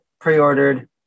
pre-ordered